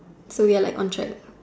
So we are like on chat